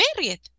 married